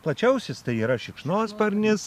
plačiausias tai yra šikšnosparnis